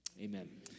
amen